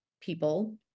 people